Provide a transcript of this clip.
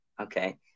okay